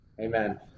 amen